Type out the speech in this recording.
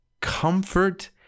comfort